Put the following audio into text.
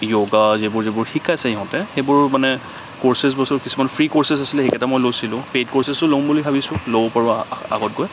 যোগা যিবোৰ যিবোৰ শিকাইছে সিহঁতে সেইবোৰ মানে ক'ৰ্ছেছবোৰ কিছুমান ফ্ৰী ক'ৰ্ছেছ আছিলে যিকেইটা মই লৈছিলোঁ পেইড কৰ্ছেছো ল'ম বুলি ভাৱিছোঁ ল'ব পাৰো আগত গৈ